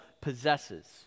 possesses